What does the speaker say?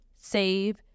save